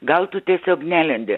gal tu tiesiog nelendi